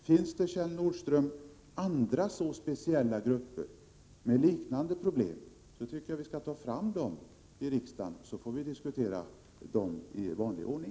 Finns det, Kjell Nordström, andra så speciella grupper med liknande problem, tycker jag att vi skall ta fram dem i riksdagen och diskutera dem i vanlig ordning.